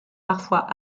parfois